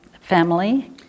Family